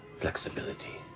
flexibility